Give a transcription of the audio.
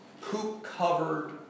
poop-covered